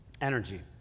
energy